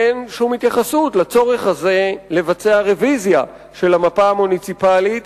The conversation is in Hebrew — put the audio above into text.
אין שום התייחסות לצורך הזה לבצע רוויזיה של המפה המוניציפלית